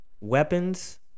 Weapons